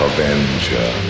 Avenger